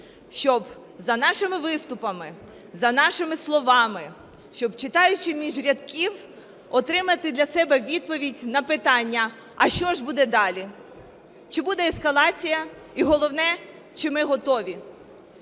щоб за нашими виступами, за нашими словами, щоб, читаючи між рядків, отримати для себе відповідь на питання, а що ж буде далі, чи буде ескалація і, головне, чи ми готові.